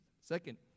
Second